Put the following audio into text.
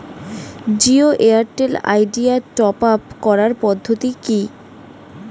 Jio Airtel Idea top up করার পদ্ধতি কি?